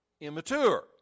immature